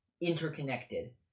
interconnected